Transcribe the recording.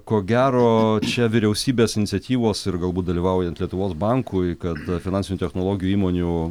ko gero čia vyriausybės iniciatyvos ir galbūt dalyvaujant lietuvos bankui kad finansinių technologijų įmonių